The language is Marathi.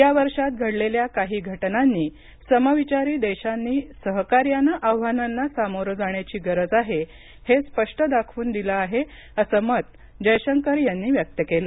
या वर्षात घडलेल्या काही घटनांनी समविचारी देशांनी सहकार्यानं आव्हानांना सामोरं जाण्याची गरज आहे हे स्पष्ट दाखवून दिलं आहे असं मत जयशंकर यांनी व्यक्त केलं